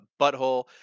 butthole